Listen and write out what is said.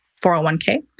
401k